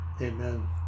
amen